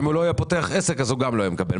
אם הוא לא היה פותח עסק אז הוא גם לא היה מקבל.